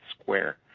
square